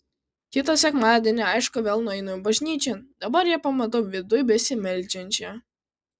kitą sekmadienį aišku vėl nueinu bažnyčion dabar ją pamatau viduj besimeldžiančią